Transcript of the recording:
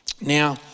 Now